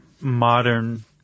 modern